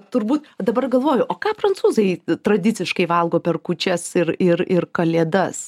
turbūt dabar galvoju o ką prancūzai tradiciškai valgo per kūčias ir ir ir kalėdas